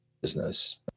business